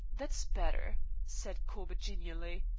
that's better, said corbett genially.